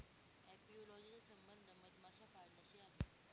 apiology चा संबंध मधमाशा पाळण्याशी आहे